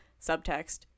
subtext